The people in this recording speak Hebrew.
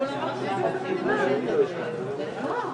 רצת אפילו פוסט טראומה,